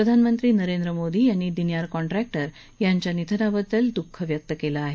प्रधानमंत्री नरेंद्र मोदी यांनी दिन्यार कॉन्ट्रॅक्डि यांच्या निधनाबद्दल द्ःखं व्यक्त केलं आहे